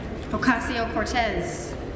Ocasio-Cortez